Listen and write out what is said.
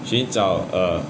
寻找 err